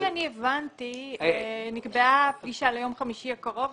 לפי מה שאני הבנתי, נקבעה פגישה ליום חמישי הקרוב.